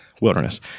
Wilderness